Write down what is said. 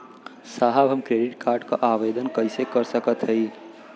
साहब हम credit card क आवेदन कइसे कर सकत हई?